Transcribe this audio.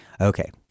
Okay